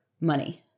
money